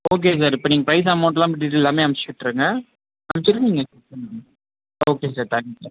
okay sir இப்போ நீங்கள் price அமௌண்ட்டெலாம் டீடைல் எல்லாமே அனுப்பிச்சி விட்ருங்க அனுப்பிச்சிட்டு நீங்கள் புக் பண்ணிக்கோங்க okay sir thank you sir